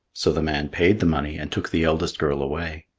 so the man paid the money and took the eldest girl away.